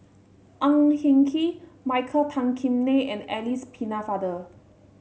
Ang Hin Kee Michael Tan Kim Nei and Alice Pennefather